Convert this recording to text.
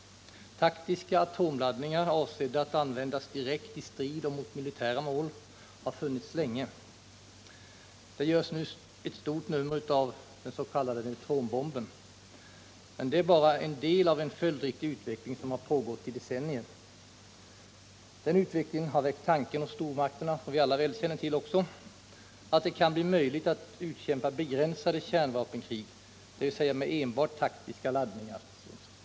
Taktiska atomladdningar, avsedda att användas direkt i strid och mot militära mål, har funnits länge. Det görs nu ett stort nummer av den s.k. neutronbomben. Men det är bara en del av en följdriktig utveckling som har pågått under decennier. Den utvecklingen har, som vi väl alla också känner till, hos stormakterna väckt tanken att det kan bli möjligt att utkämpa begränsade kärnvapenkrig, dvs. med enbart taktiska laddningar.